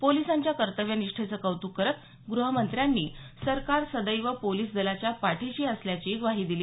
पोलिसांच्या कर्तव्यनिष्ठेचं कौतुक करत गृहमंत्र्यांनी सरकार सदैव पोलिस दलाच्या पाठीशी असल्याची ग्वाही दिली